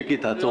מיקי, תעצור.